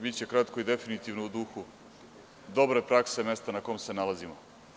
Biće kratko i definitivno u duhu dobre prakse mesta na kom se nalazimo.